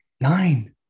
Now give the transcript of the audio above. Nine